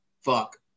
Fuck